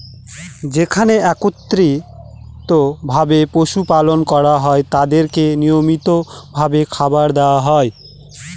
যেখানে একত্রিত ভাবে পশু পালন করা হয় তাদেরকে নিয়মিত ভাবে খাবার দেওয়া হয়